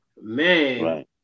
man